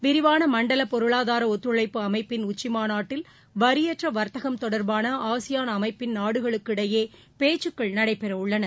விரிவான மண்டல பொருளாதார ஒத்துழைப்பு அமைப்பின் உச்சி மாநாட்டில் வரியற்ற வர்த்தகம் தொடர்பான ஆசியான் அமைப்பின் நாடுகளுக்கிடையே பேச்சுகள் நடைபெற உள்ளன